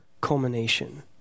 culmination